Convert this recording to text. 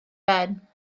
ben